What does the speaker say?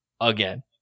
again